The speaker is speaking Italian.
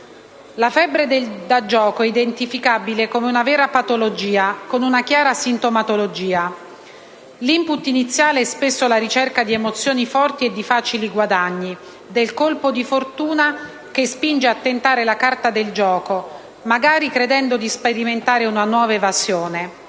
La febbre da gioco è identificabile come una vera patologia, con una chiara sintomatologia. L'*input* iniziale è spesso la ricerca di emozioni forti e di facili guadagni, del colpo di fortuna che spinge a tentare la carta del gioco, magari credendo di sperimentare una nuova evasione,